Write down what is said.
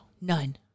None